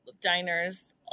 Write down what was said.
diners